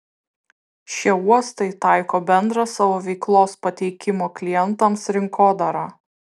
šie uostai taiko bendrą savo veiklos pateikimo klientams rinkodarą